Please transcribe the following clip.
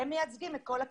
הם מייצגים את כל הקיבוצים.